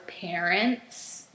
parents